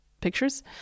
pictures